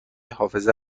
حافظه